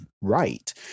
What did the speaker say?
right